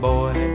Boy